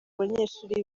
banyeshuri